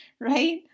right